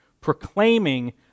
proclaiming